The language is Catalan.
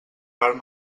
part